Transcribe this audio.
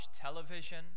television